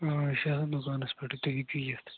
آ أسۍ چھِ آسان دُکانَس پٮ۪ٹھٕے تُہۍ ہیٚکِو یِتھ